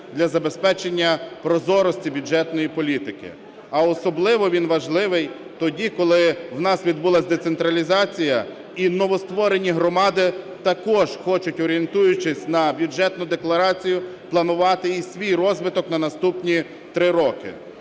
для забезпечення прозорості бюджетної політики. А особливо він важливий тоді, коли в нас відбулась децентралізація і новостворені громади також хочуть, орієнтуючись на Бюджетну декларацію, планувати і свій розвиток на наступні 3 роки.